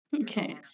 Okay